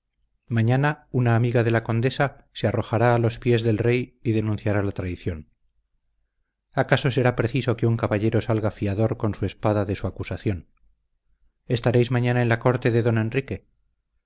mañana una amiga de la condesa se arrojará a los pies del rey y denunciará la traición acaso será preciso que un caballero salga fiador con su espada de su acusación estaréis mañana en la corte de don enrique